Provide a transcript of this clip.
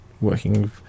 working